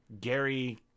Gary